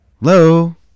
hello